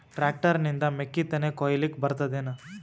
Tractor ನಿಂದ ಮೆಕ್ಕಿತೆನಿ ಕೊಯ್ಯಲಿಕ್ ಬರತದೆನ?